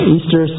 Easter